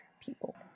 people